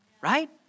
right